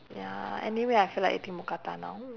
ya anyway I feel like eating mookata now